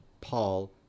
Paul